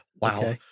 Wow